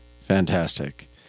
Fantastic